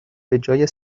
بجای